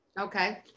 Okay